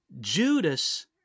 Judas